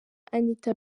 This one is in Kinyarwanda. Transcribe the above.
anitha